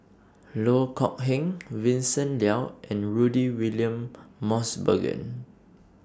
Loh Kok Heng Vincent Leow and Rudy William Mosbergen